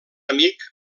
amic